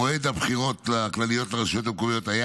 מועד הבחירות הכלליות לרשויות המקומיות היה